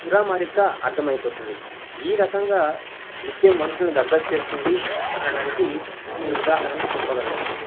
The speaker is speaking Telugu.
ఉరామారిగ్గా అర్థమయిపోతుంది ఈ రకంగా నృత్యం మనుషులను దగ్గర చేస్తుంది అనడానికి నేను ఉదాహరణ చెప్పగలను